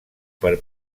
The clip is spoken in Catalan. per